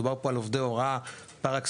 מדובר על עובדי הוראה פר-אקסלנס.